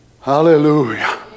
Hallelujah